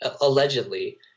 allegedly